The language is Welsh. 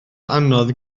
anodd